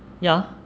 ya